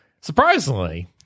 Surprisingly